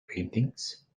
paintings